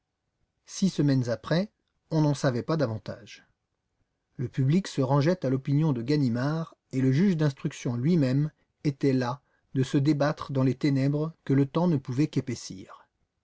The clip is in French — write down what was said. six semaines après on n'en savait pas davantage le public se rangeait à l'opinion de ganimard et le juge d'instruction lui-même était las de se débattre dans les ténèbres que le temps ne pouvait qu'épaissir